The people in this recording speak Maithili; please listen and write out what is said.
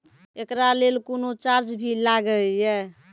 एकरा लेल कुनो चार्ज भी लागैये?